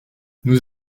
nous